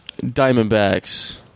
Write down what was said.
Diamondbacks